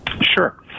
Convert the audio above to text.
Sure